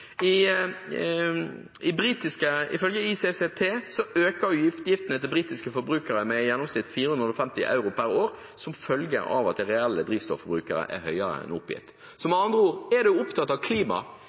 Ifølge ICCT øker utgiftene til britiske forbrukere med i gjennomsnitt 450 euro per år som følge av at det reelle drivstofforbruket er høyere enn oppgitt.